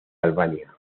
albania